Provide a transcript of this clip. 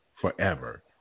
forever